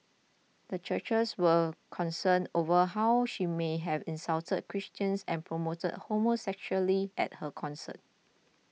the churches were concerned over how she may have insulted Christians and promoted homosexuality at her concert